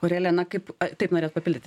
aurelija na kaip taip norėjot papildyti